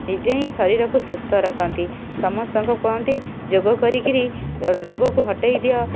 ନିଜେ ହିଁ ଶରୀରକୁ ସୁସ୍ଥ ରଖନ୍ତି ସମସ୍ତଙ୍କୁ କୁହନ୍ତି ଯୋଗ କରିକରି ରୋଗକୁ ହଟାଇ ଦିଅ